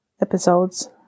episodes